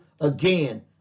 again